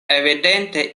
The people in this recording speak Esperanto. evidente